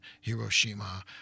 Hiroshima